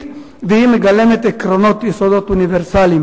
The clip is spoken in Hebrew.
והיא מגלמת עקרונות יסוד אוניברסליים.